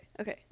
okay